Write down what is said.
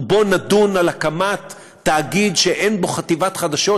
ובו נדון על הקמת תאגיד שאין בו חטיבת חדשות,